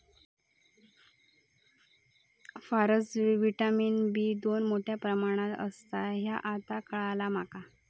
फारसबी vitamin B दोन मोठ्या प्रमाणात असता ह्या आता काळाला माका